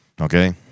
Okay